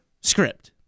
script